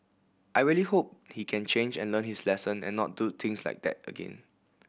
I really hope he can change and learn his lesson and not do things like that again